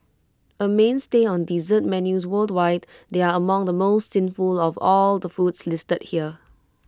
A mainstay on dessert menus worldwide they are among the most sinful of all the foods listed here